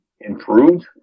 improved